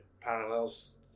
parallels